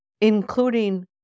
including